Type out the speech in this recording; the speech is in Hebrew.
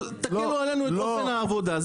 אבל תקלו עלינו את אופן העבודה.